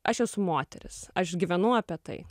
aš esu moteris aš gyvenu apie tai